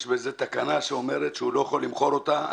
יש בזה תקנה שאומרת שהוא לא יכול למכור אותה.